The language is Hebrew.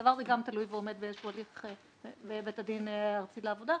והדבר הזה גם תלוי ועומד באיזשהו הליך בבית הדין הארצי לעבודה,